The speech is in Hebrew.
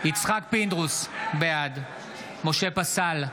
פינדרוס, בעד משה פסל,